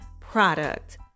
product